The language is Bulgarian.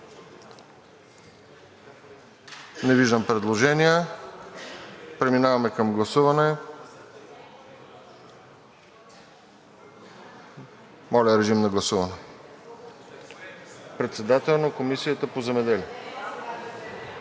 Не виждам предложения. Преминаваме към гласуване. Моля, режим на гласуване за председател на Комисията по земеделие.